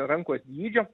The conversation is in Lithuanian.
rankos dydžio